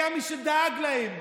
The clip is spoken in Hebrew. היה מי שדאג להם.